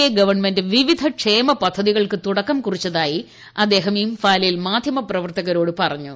A government വിവിധ ക്ഷേമ പദ്ധതികൾക്ക് തുടക്കം കുറിച്ചതായി അദ്ദേഹം ഇംഫാലിൽ മാധ്യമപ്രവർത്തകരോട് പറഞ്ഞു